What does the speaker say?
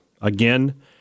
Again